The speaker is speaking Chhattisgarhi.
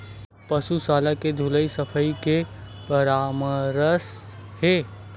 पशु शाला के धुलाई सफाई के का परामर्श हे?